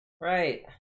Right